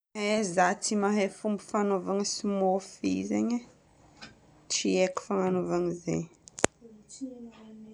Eh zaho tsy mahay fomba fanaovagna smoothie zegny e. Tsy haiko fagnanovana zegny.